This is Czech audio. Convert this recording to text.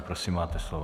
Prosím, máte slovo.